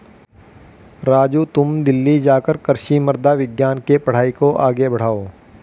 राजू तुम दिल्ली जाकर कृषि मृदा विज्ञान के पढ़ाई को आगे बढ़ाओ